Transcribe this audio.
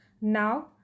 Now